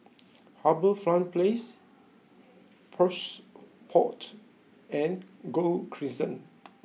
HarbourFront Place Plush Pods and Gul Crescent